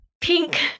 pink